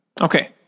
Okay